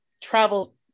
travel